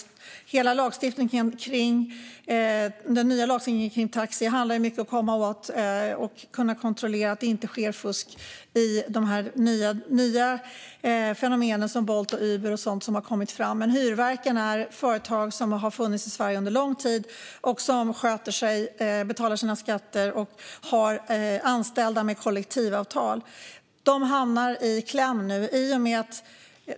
Hela den nya lagstiftningen om taxi handlar väldigt mycket om att komma åt och kunna kontrollera att det inte sker fusk i de nya fenomenen som Volt, Uber och sådant som har kommit fram. Hyrverken är företag som har funnits i Sverige under lång tid. De sköter sig, betalar sina skatter och har anställda med kollektivavtal. De hamnar nu i kläm.